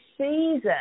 season